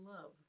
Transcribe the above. love